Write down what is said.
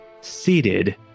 seated